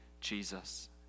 Jesus